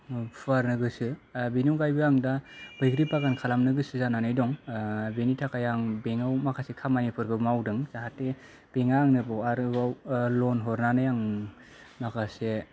फुवारनो गोसो बेनि अनगायैबो आं दा बैग्रि बागानबो खालामनो गोसो दं बेनि थाखाय आं बेंकाव माखासे खामानि फोरखौ मावदों जाहाथे बेंका आंनो आरोबाव लन हरनानै आं माखासे